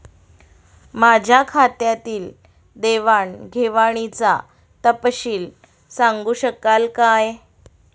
माझ्या खात्यातील देवाणघेवाणीचा तपशील सांगू शकाल काय?